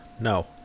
No